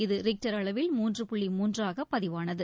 இது ரிக்டர் அளவில் மூன்று புள்ளி மூன்றாகபதிவானது